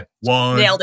One